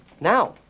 now